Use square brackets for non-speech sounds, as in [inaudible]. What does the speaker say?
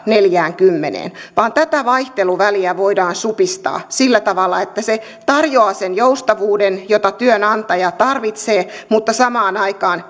neljäänkymmeneen vaan tätä vaihteluväliä voidaan supistaa sillä tavalla että se tarjoaa sen joustavuuden jota työnantaja tarvitsee mutta samaan aikaan [unintelligible]